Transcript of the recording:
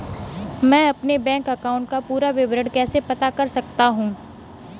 मैं अपने bank account का पूरा विवरण कैसे पता कर सकता हूँ?